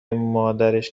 مادرش